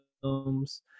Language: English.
films